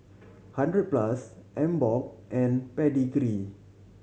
Hundred Plus Emborg and Pedigree